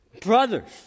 Brothers